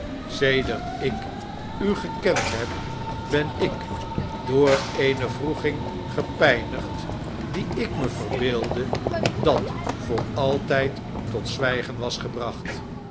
sedert ik u gekend heb ben ik door eene wroeging gepijnigd die ik me verbeeldde dat voor altijd tot zwggen was gebracht